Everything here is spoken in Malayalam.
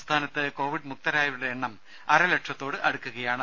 സംസ്ഥാനത്ത് കോവിഡ് മുക്തരായവരുടെ എണ്ണം അരലക്ഷത്തോട് അടുക്കുകയാണ്